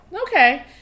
Okay